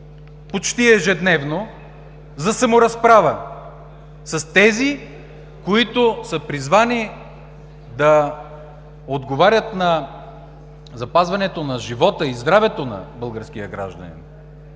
почти ежедневно за саморазправа с тези, които са призвани да отговарят на запазването на живота и здравето на българския гражданин.